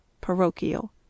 Parochial